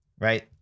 right